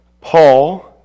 Paul